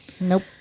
nope